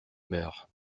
meurt